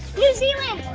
new zealand!